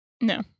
No